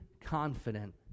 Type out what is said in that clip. confident